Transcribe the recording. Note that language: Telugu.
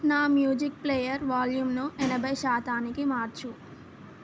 నా మ్యూజిక్ ప్లేయర్ వాల్యూంను ఎనభై శాతానికి మార్చు